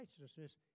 righteousness